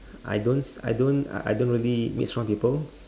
I don't s~ I don't uh I don't really mix around people